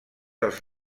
els